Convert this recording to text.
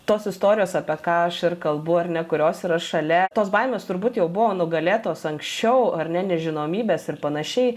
tos istorijos apie ką aš ir kalbu ar ne kurios yra šalia tos baimės turbūt jau buvo nugalėtos anksčiau ar ne nežinomybės ir panašiai